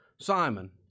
Simon